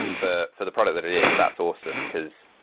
for for the product that it is, that's awesome, because